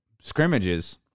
scrimmages